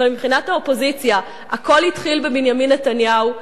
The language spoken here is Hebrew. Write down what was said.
אבל מבחינת האופוזיציה הכול התחיל בבנימין נתניהו.